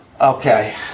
Okay